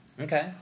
Okay